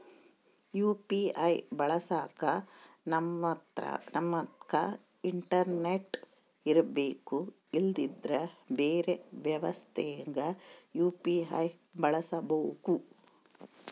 UPI ಬಳಸಕ ನಮ್ತಕ internet ಇರರ್ಬೆಕು ಇಲ್ಲಂದ್ರ ಬೆರೆ ವ್ಯವಸ್ಥೆಗ ಯು.ಪಿ.ಐ ಬಳಸಬಕು